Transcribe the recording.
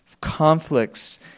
conflicts